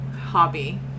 hobby